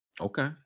Okay